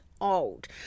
old